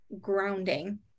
grounding